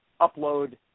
upload